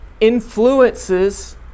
influences